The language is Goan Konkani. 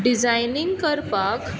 डिजायनींग करपाक